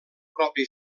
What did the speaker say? propi